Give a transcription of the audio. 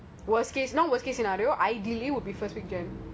worst case not worst case scenario ideally would be first weekend